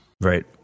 right